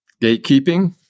gatekeeping